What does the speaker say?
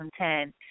2010